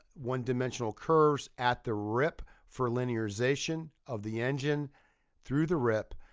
one-dimensional curves at the rip for linearization of the engine through the rip.